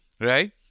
Right